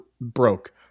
broke—